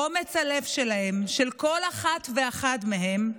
אומץ הלב שלהם, של כל אחת ואחד מהם,